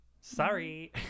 sorry